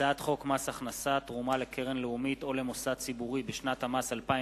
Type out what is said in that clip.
הצעת חוק מס הכנסה (תרומה לקרן לאומית או למוסד ציבורי בשנת המס 2009)